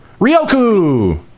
ryoku